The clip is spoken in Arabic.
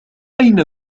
أين